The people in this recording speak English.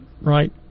Right